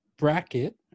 Bracket